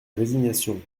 résignation